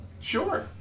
Sure